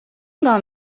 نگاه